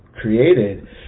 created